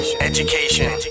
education